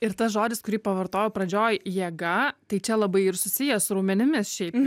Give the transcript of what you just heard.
ir tas žodis kurį pavartojo pradžioj jėga tai čia labai ir susiję su raumenimis šiaip